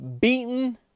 beaten